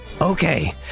Okay